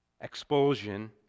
expulsion